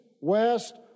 west